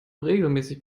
regelmäßig